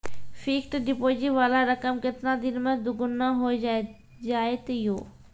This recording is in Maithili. फिक्स्ड डिपोजिट वाला रकम केतना दिन मे दुगूना हो जाएत यो?